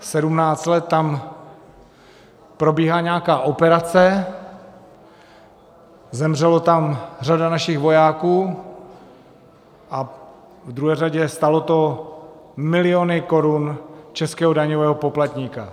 Sedmnáct let tam probíhá nějaká operace, zemřela tam řada našich vojáků a ve druhé řadě to stálo miliony korun českého daňového poplatníka.